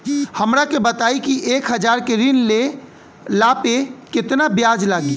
हमरा के बताई कि एक हज़ार के ऋण ले ला पे केतना ब्याज लागी?